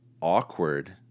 awkward